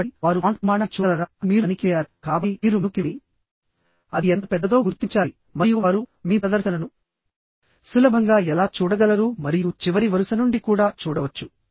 కాబట్టి వారు ఫాంట్ పరిమాణాన్ని చూడగలరా అని మీరు తనిఖీ చేయాలి కాబట్టి మీరు మెనూకి వెళ్లి అది ఎంత పెద్దదో గుర్తించాలి మరియు వారు మీ ప్రదర్శనను సులభంగా ఎలా చూడగలరు మరియు చివరి వరుస నుండి కూడా చూడవచ్చు